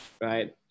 right